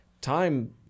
time